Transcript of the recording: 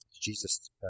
Jesus